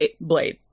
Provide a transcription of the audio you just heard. Blade